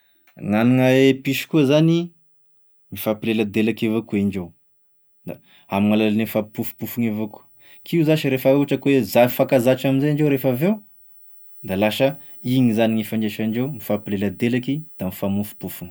Gn'amina e piso koa zany, mifampileladelaky evao koa indreo, da amin'ny alalan'ny fampimpofompofogny avao koa, k'io zash rehefa ohatra ka hoe za- mifankazatra am'izay indreo rehefa avy eo, da lasa igny zany gny ifandraisandreo, mifampileladelaky da mifamofompofogny.